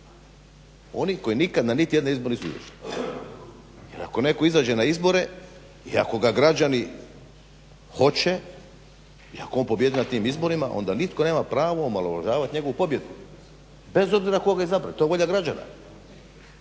oni koji nikad na niti jedne izbore nisu izišli. Jer ako netko izađe na izbore i ako građani hoće, i ako on pobijedi na tim izborima onda nitko nema pravo omalovažavati njegovu pobjedu, bez obzira tko ga je izabrao, to je volja građana,